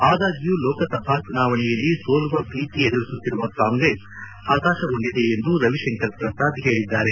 ಆದಾಗ್ಭೂ ಲೋಕಸಭಾ ಚುನಾವಣೆಯಲ್ಲಿ ಸೋಲುವ ಭೀತಿ ಎದುರಿಸುತ್ತಿರುವ ಕಾಂಗ್ರೆಸ್ ಹತಾಶಗೊಂಡಿದೆ ಎಂದು ರವಿಶಂಕರ್ ಪ್ರಸಾದ್ ಹೇಳದ್ದಾರೆ